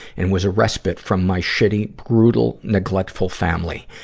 and was a respite from my shitty, brutal, neglectful family.